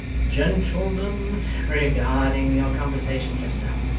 gentlemen regarding your conversation just now,